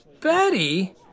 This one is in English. Betty